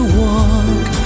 walk